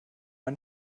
man